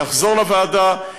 יחזור לוועדה,